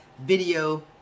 video